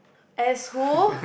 as who